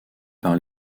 par